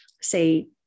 say